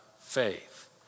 faith